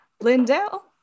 Lindell